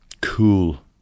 cool